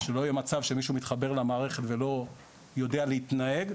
שלא יהיה מצב שמישהו מתחבר למערכת ולא יודע להתנהל.